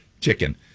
chicken